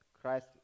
Christ